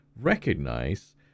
recognize